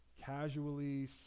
casually